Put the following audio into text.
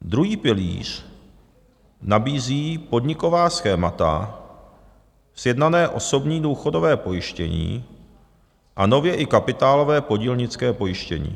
Druhý pilíř nabízí podniková schémata, sjednané osobní důchodové pojištění a nově i kapitálové podílnické pojištění.